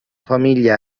famiglia